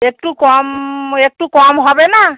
একটু কম একটু কম হবে না